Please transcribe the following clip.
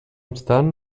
obstant